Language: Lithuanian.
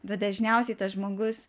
bet dažniausiai tas žmogus